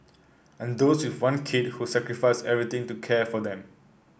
and those with one kid who sacrificed everything to care for them